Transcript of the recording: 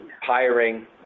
hiring